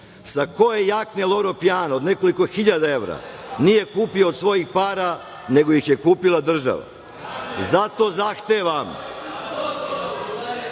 sa koje jakne „Loro Pjano“ od nekoliko hiljada nije kupio od svojih para nego ih je kupila država. Zato zahtevam